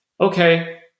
Okay